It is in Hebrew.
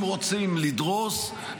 אם רוצים לדרוס,